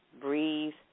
breathe